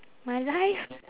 my life